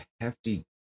hefty